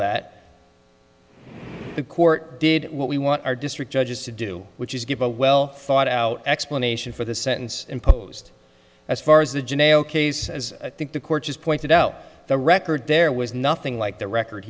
that the court did what we want our district judges to do which is give a well thought out explanation for the sentence imposed as far as the jail case as i think the court has pointed out the record there was nothing like the record